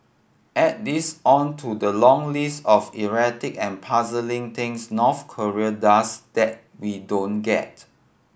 add this on to the long list of erratic and puzzling things North Korea does that we don't get